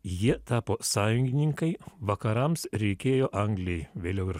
jie tapo sąjungininkai vakarams reikėjo anglijai vėliau ir